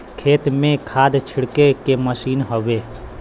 खेत में खाद छिड़के के मसीन हउवे